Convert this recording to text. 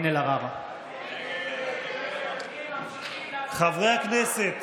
(קורא בשם חברי הכנסת)